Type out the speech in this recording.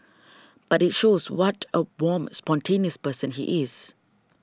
but it shows what a warm spontaneous person he is